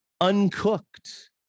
uncooked